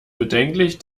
bedenklich